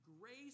grace